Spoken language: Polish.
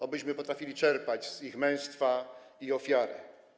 Obyśmy potrafili czerpać z ich męstwa i ofiary.